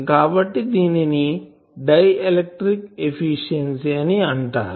కాబట్టి దీనిని dielectric efficiency అని అంటారు